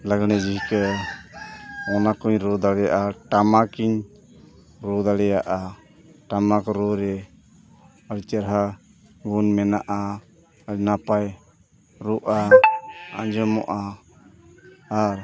ᱞᱟᱜᱽᱬᱮ ᱡᱷᱤᱸᱠᱟᱹ ᱚᱱᱟᱠᱚᱧ ᱨᱩ ᱫᱟᱲᱮᱭᱟᱜᱼᱟ ᱟᱨ ᱴᱟᱢᱟᱠ ᱤᱧ ᱨᱩ ᱫᱟᱲᱮᱭᱟᱜᱼᱟ ᱴᱟᱢᱟᱠ ᱨᱩ ᱨᱮ ᱟᱹᱰᱤ ᱪᱮᱦᱨᱟ ᱜᱩᱱ ᱢᱮᱱᱟᱜᱼᱟ ᱟᱹᱰᱤ ᱱᱟᱯᱟᱭ ᱨᱩᱜᱼᱟ ᱟᱸᱡᱚᱢᱚᱜᱼᱟ ᱟᱨ